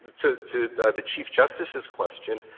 to to the chief justice's question,